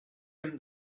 him